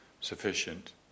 sufficient